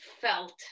felt